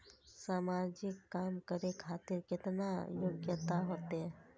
समाजिक काम करें खातिर केतना योग्यता होते?